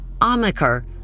Amaker